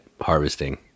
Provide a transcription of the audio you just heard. harvesting